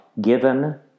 given